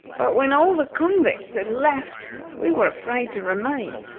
but when all the convicts had left we were afraid to remain,